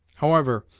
however,